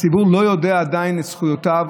הציבור לא יודע עדיין את זכויותיו,